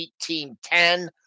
1810